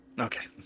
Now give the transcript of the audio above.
Okay